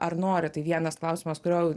ar nori tai vienas klausimas kurio